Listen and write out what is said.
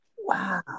Wow